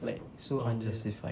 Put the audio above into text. like so unjustified